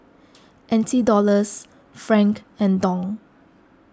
N T Dollars Franc and Dong